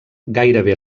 gairebé